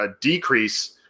decrease